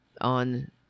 on